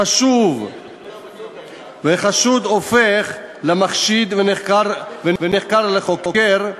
חשוד הופך למחשיד ונחקר לחוקר,